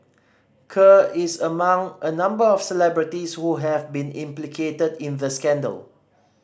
Kerr is among a number of celebrities who have been implicated in the scandal